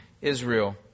Israel